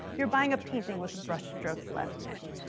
you're buying a painting with the brush strokes left in.